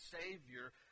Savior